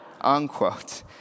unquote